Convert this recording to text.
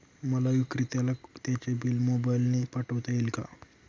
मला विक्रेत्याला त्याचे बिल मोबाईलने पाठवता येईल का?